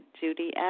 Judy